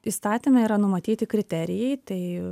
įstatyme yra numatyti kriterijai tai